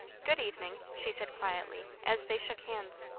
good evening! she said quietly, as they shook hands.